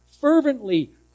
fervently